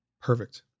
Perfect